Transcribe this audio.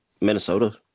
Minnesota